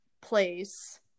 place